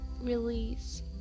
release